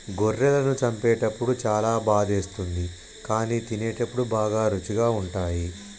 గొర్రెలను చంపేటప్పుడు చాలా బాధేస్తుంది కానీ తినేటప్పుడు బాగా రుచిగా ఉంటాయి